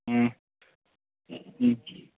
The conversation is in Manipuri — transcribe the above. ꯎꯝ ꯎꯝ